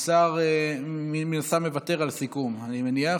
חבר הכנסת ניצן הורוביץ, אינו נוכח,